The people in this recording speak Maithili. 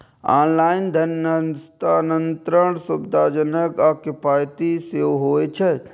ऑनलाइन धन हस्तांतरण सुविधाजनक आ किफायती सेहो होइ छै